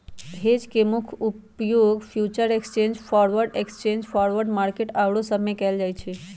hedge के मुख्य उपयोग फ्यूचर एक्सचेंज, फॉरवर्ड मार्केट आउरो सब में कएल जाइ छइ